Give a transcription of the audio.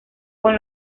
con